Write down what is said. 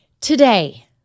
today